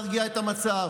להרגיע את המצב.